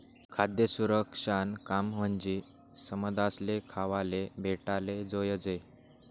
खाद्य सुरक्षानं काम म्हंजी समदासले खावाले भेटाले जोयजे